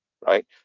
right